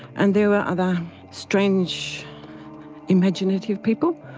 and there were other strange imaginative people,